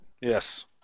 Yes